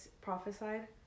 prophesied